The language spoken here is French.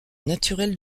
naturel